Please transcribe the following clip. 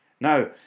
now